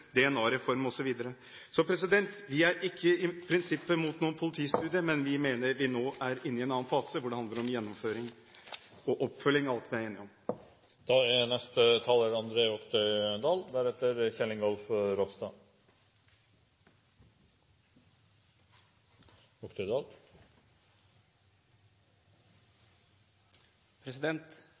Så vi er i prinsippet ikke imot noen politistudie, men vi mener vi nå er inne i en annen fase, hvor det handler om en gjennomføring og en oppfølging av alt vi er enige om.